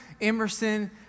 Emerson